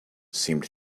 seemed